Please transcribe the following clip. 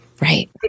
Right